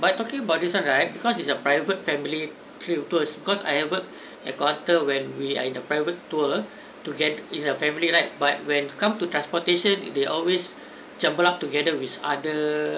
but talking about this one right because it's a private family to~ tours because I ever encounter when we are in the private tour toget~ in a family right but when come to transportation they always jumbled up together with other